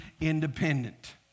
independent